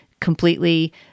completely